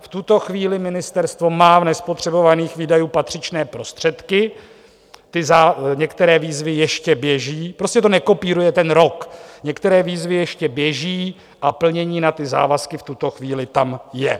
V tuto chvíli ministerstvo má v nespotřebovaných výdajích patřičné prostředky, ty za některé výzvy ještě běží, prostě to nekopíruje ten rok, některé výzvy ještě běží a plnění na ty závazky v tuto chvíli tam je.